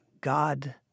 god